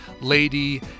lady